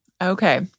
Okay